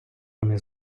вони